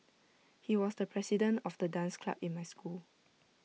he was the president of the dance club in my school